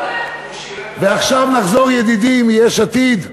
עכשיו נחזור, ידידי מיש עתיד,